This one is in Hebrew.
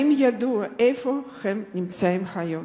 האם ידוע איפה הם נמצאים היום?